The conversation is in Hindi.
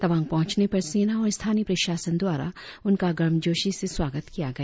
तवांग पहुंचने पर सेना और स्थानीय प्रशासन द्वारा उनका गर्मजोशी से स्वागत किया गया